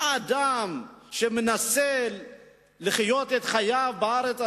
האדם שמנסה לחיות את חייו בארץ הזאת,